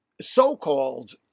so-called